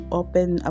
open